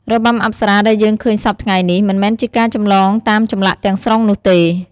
របាំអប្សរាដែលយើងឃើញសព្វថ្ងៃនេះ មិនមែនជាការចម្លងតាមចម្លាក់ទាំងស្រុងនោះទេ។